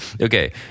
okay